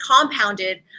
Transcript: compounded